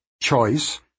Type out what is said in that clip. Choice